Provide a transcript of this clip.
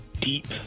deep